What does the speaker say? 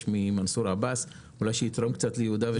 ממנסור עבאס אולי שיתרום קצת ליהודה ושומרון.